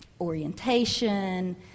orientation